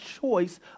choice